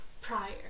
prior